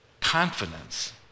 confidence